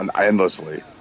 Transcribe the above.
endlessly